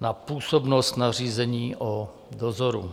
na působnost nařízení o dozoru.